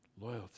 Loyalty